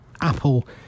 Apple